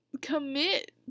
commit